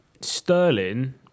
Sterling